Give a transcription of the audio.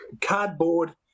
cardboard